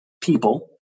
people